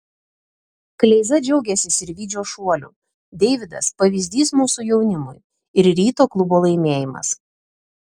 kleiza džiaugiasi sirvydžio šuoliu deividas pavyzdys mūsų jaunimui ir ryto klubo laimėjimas